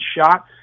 shot